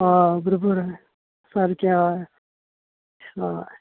ओ बरोबर सारकें हय हय